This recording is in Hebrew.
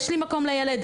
יש לי מקום לילד?